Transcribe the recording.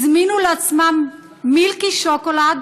הזמינו לעצמם מילקי שוקולד